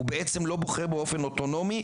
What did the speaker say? הוא בעצם לא בוחר באופן אוטונומי,